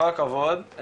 כל הכבוד,